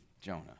Jonah